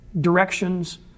directions